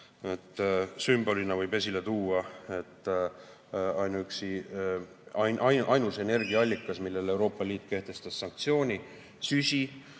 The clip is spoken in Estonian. Sümbolina võib esile tuua, et ainus energiaallikas, millele Euroopa Liit kehtestas sanktsiooni, on süsi.